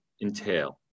entail